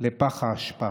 לפח האשפה.